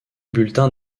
bulletin